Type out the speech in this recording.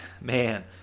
man